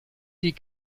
die